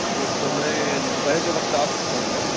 okay تو میں دوپہر کے وقت آ سکتا ہوں کیا